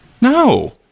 No